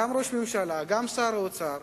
ראש הממשלה וגם שר האוצר